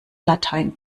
latein